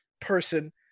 person